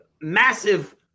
massive